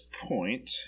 point